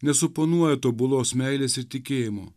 nesuponuoja tobulos meilės ir tikėjimo